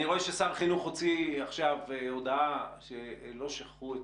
אני רואה ששר החינוך הוציא עכשיו הודעה שלא שכחו את